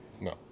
No